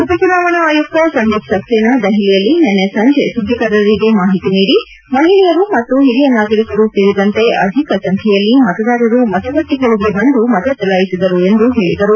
ಉಪಚುನಾವಣಾ ಆಯುಕ್ತ ಸಂದೀಪ್ ಸಕ್ಷೇನಾ ದೆಹಲಿಯಲ್ಲಿ ನಿನ್ನೆ ಸಂಜೆ ಸುದ್ದಿಗಾರರಿಗೆ ಮಾಹಿತಿ ನೀಡಿ ಮಹಿಳೆಯರು ಮತ್ತು ಹಿರಿಯ ನಾಗರಿಕರೂ ಸೇರಿದಂತೆ ಅಧಿಕ ಸಂಬ್ಲೆಯಲ್ಲಿ ಮತದಾರರು ಮತಗಟ್ಟೆಗಳಿಗೆ ಬಂದು ಮತ ಚಲಾಯಿಸಿದರು ಎಂದು ಹೇಳಿದರು